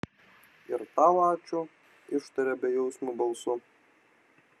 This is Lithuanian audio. ir tau ačiū ištarė bejausmiu balsu